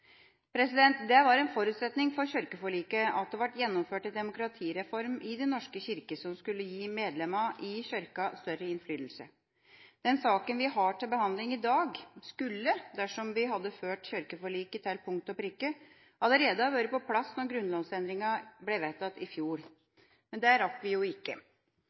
Det var en forutsetning for kirkeforliket at det ble gjennomført en demokratireform i Den norske kirke som ville gi medlemmene i Kirken større innflytelse. Den saken vi har til behandling i dag, skulle – dersom vi hadde fulgt kirkeforliket til punkt og prikke – allerede vært på plass da grunnlovsendringene ble vedtatt i fjor. Det rakk vi jo ikke.